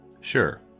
Sure